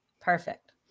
Perfect